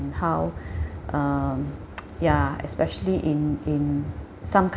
how um ya especially in in in some countries